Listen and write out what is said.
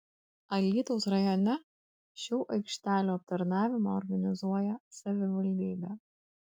alytaus rajone šių aikštelių aptarnavimą organizuoja savivaldybė